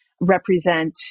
represent